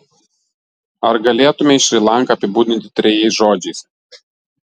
ar galėtumei šri lanką apibūdinti trejais žodžiais